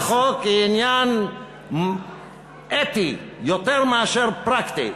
הצעת החוק היא עניין אתי יותר מאשר פרקטי,